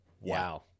Wow